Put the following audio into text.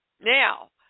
Now